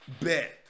bet